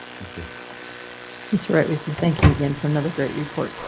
thank you mr right way, sir. thank you again for another great report.